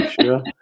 Sure